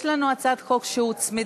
יש לנו הצעת חוק שהוצמדה,